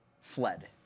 fled